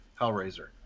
Hellraiser